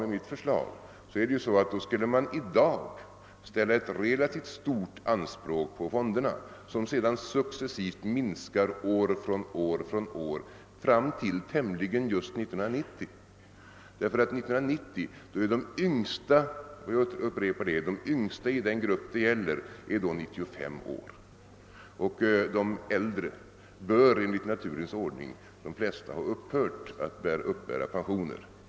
Med mitt förslag skulle man i dag ställa relativt stora anspråk på fonderna, men de skulle sedan successivt minska år från år fram till ganska precis år 1990. Och vid den tiden, år 1990, är de yngsta i den grupp det gäller 95 år. De flesta av de äldre i gruppen bör då enligt naturens ordning ha upphört att uppbära pensioner.